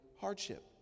hardship